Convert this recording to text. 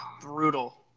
Brutal